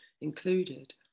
included